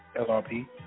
LRP